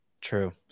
true